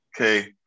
okay